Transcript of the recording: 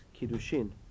Kiddushin